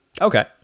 Okay